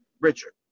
Richard